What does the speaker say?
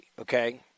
okay